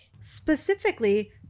specifically